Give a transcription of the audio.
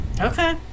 Okay